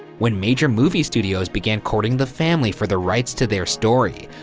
when major movie studios began courting the family for the rights to their story,